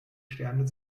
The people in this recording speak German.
sterne